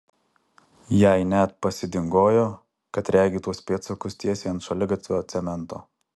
jai net pasidingojo kad regi tuos pėdsakus tiesiai ant šaligatvio cemento